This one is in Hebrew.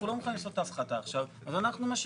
אנחנו לא מוכנים לעשות את ההפחתה עכשיו,